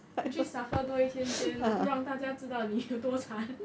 你去 suffer 多一天先不让大家知道你有多惨